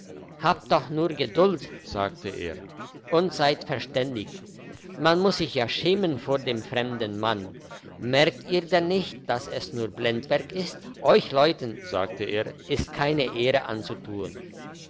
habt doch nur geduld sagte er und seid verständig man muss sich ja schämen vor dem fremden mann merkt ihr denn nicht dass es nur blendwerk ist euch leuten sagte er ist keine ehre anzutun